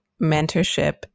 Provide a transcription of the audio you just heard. mentorship